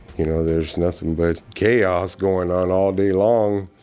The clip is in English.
you know, there's nothing but chaos going on all day long.